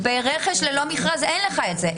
ברכש ללא מכרז אין לך את זה.